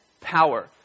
power